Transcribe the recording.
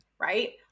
right